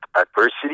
adversity